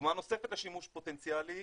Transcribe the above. דוגמה נוספת לשימוש פוטנציאלי